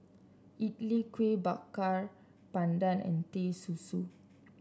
idly Kuih Bakar Pandan and Teh Susu